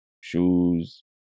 shoes